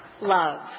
love